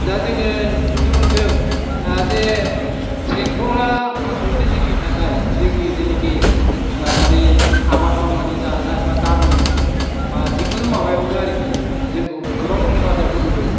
दा जोङो नुनो मोनदों जे ट्रेक्टरा आसलते जोंनि थाखाय जोंनि जेनोखि मानो आबाद मावनानै जाग्रा एबा गामि एरिया बा जिखुनु माबायावनो आरोखि जोंखौ गोबां हेफाजाब होबोदों